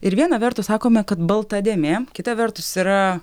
ir viena vertus sakome kad balta dėmė kita vertus yra